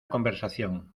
conversación